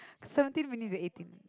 seventeen minutes or eighteen